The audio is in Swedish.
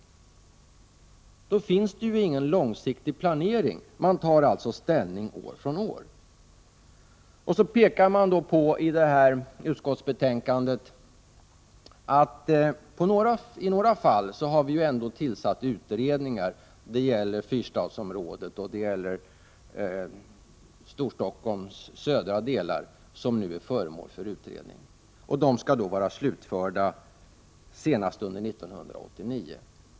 Då finns det ju ingen långsiktig planering. Man tar alltså ställning år från år. Vidare pekar man i utskottsbetänkandet på att det i några fall ändå har tillsatts utredningar. Det gäller fyrstadsområdet och Storstockholms södra delar, som nu är föremål för utredning. Utredningarna skall slutföras senast 1989.